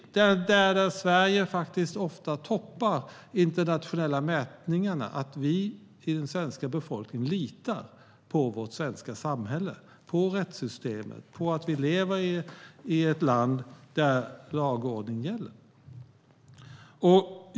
Sverige toppar ofta internationella mätningar när det handlar om att den svenska befolkningen litar på vårt samhälle - på rättssystemet och på att vi lever i ett land där lag och ordning gäller.